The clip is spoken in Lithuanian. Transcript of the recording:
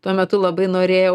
tuo metu labai norėjau